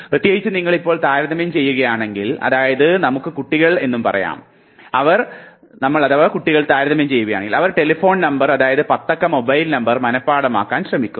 പ്രത്യേകിച്ചും നിങ്ങൾ ഇപ്പോൾ താരതമ്യം ചെയ്യുകയാണെങ്കിൽ അതായത് നമുക്ക് കുട്ടികൾ എന്ന് പറയാം അവർ ടെലിഫോൺ നമ്പർ അതായത് പത്തക്ക മൊബൈൽ നമ്പർ മനഃപാഠമാക്കാൻ ശ്രമിക്കുന്നു